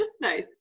Nice